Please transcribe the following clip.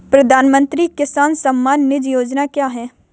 प्रधानमंत्री किसान सम्मान निधि योजना क्या है?